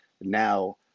now